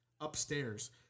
upstairs